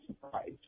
surprised